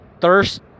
thirst